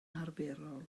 arferol